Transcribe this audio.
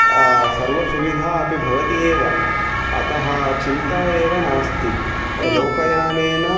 सर्व सुविधा अपि भवति एव अतः चिन्ता एव नास्ति लोकयानेन